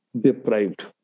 deprived